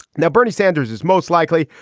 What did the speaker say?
now, bernie sanders is most likely,